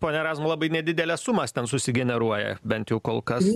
pone razma labai nedideles sumas ten siusigeneruoja bent jau kol kas